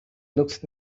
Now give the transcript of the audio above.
looks